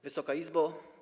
Wysoka Izbo!